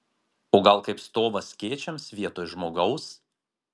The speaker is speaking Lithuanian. o gal kaip stovas skėčiams vietoj žmogaus